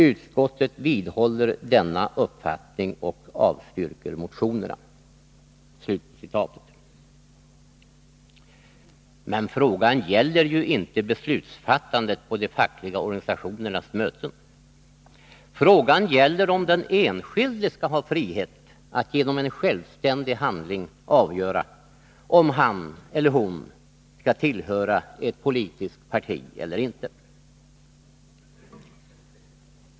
Utskottet vidhåller denna uppfattning och avstyrker motionerna.” Men frågan gäller ju inte beslutsfattandet på de fackliga organisationernas möten. Frågan gäller om den enskilde skall ha frihet att genom en självständig handling avgöra om han eller hon skall tillhöra ett politiskt parti eller inte.